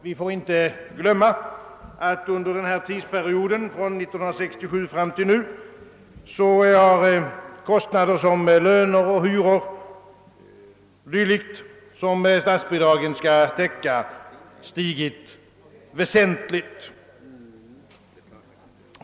Vi får inte heller glömma, att under den här perioden, från 1967 fram till nu, har kostnaderna för löner, hyror o. d. som skall täckas av statsbidragen stigit väsentligt.